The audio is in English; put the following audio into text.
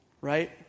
right